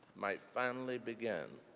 might finally begin,